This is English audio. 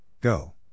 Go